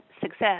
success